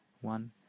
one